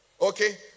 okay